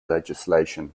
legislation